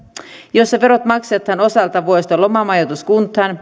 jossa verot maksetaan osalta vuodesta lomamajoituskuntaan